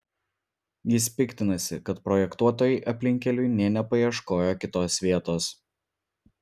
jis piktinasi kad projektuotojai aplinkkeliui nė nepaieškojo kitos vietos